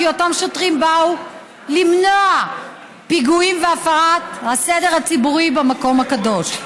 כי אותם שוטרים באו למנוע פיגועים והפרת הסדר הציבורי במקום הקדוש.